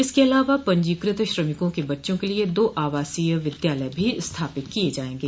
इसके अलावा पंजीकृत श्रमिकों के बच्चों के लिए दो आवासीय विद्यालय भी स्थापित किये जायेंगे